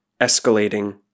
escalating